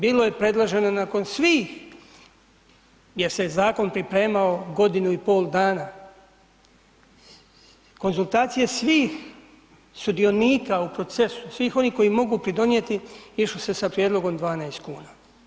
Bilo je predloženo nakon svih jer se zakon pripremao godinu i pol dana, konzultacije svih sudionika u procesu, svih onih koji mogu pridonijeti, išlo se sa prijedlogom 12 kuna.